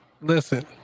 listen